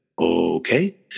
okay